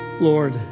Lord